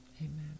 Amen